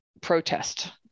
protest